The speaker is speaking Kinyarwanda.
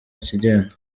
kigenda